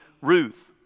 Ruth